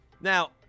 Now